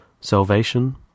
Salvation